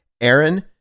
Aaron